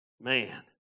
man